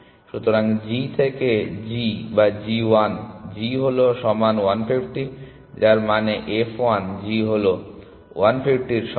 সুতরাং g থেকে g বা g 1 g হলো সমান 150 যার মানে f1 G হলো 150 এর সমান